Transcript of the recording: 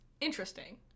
interesting